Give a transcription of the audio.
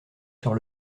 sur